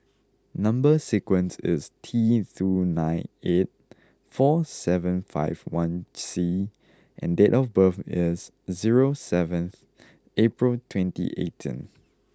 number sequence is T three nine eight four seven five one C and date of birth is zero seventh April twenty eighteenth